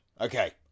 okay